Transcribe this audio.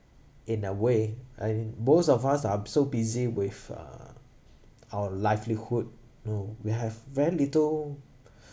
in a way and most of us are so busy with uh our livelihood no we have very little